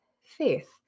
faith